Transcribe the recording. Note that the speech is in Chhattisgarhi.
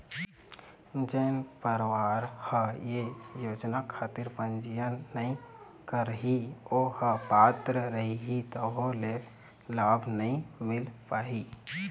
जेन परवार ह ये योजना खातिर पंजीयन नइ करही ओ ह पात्र रइही तभो ले लाभ नइ मिल पाही